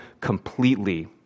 completely